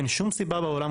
אין שום סיבה בעולם,